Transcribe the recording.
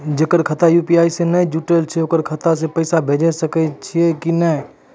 जेकर खाता यु.पी.आई से नैय जुटल छै उ खाता मे पैसा भेज सकै छियै कि नै?